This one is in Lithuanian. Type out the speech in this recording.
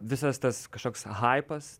visas tas kažkoks haipas